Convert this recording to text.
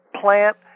plant